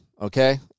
okay